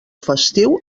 festiu